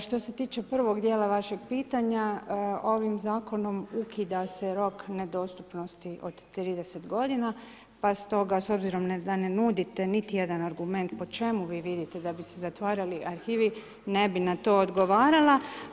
Što se tiče prvog dijela vašeg pitanja, ovim zakonom ukida se rok nedostupnosti od 30 godina pa stoga s obzirom da ne nudite niti jedan argument po čemu vi vidite da bi se zatvarali arhivi, ne bi na to odgovarala.